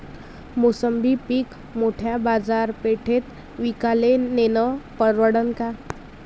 मोसंबी पीक मोठ्या बाजारपेठेत विकाले नेनं परवडन का?